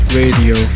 radio